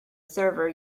server